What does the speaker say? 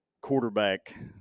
quarterback